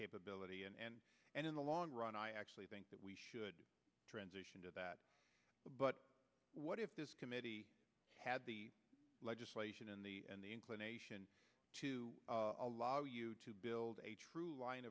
capability and and in the long run i actually think that we should transition to that but what if this committee had the legislation and the and the inclination to allow you to build a true line